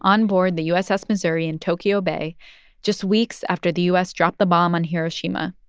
onboard the uss missouri in tokyo bay just weeks after the u s. dropped the bomb on hiroshima,